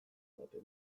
baten